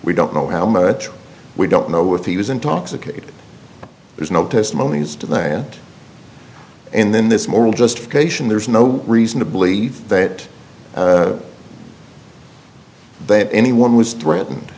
we don't know how much we don't know if he was intoxicated there's no testimonies to that end and then this moral justification there's no reason to believe that they had anyone was threatened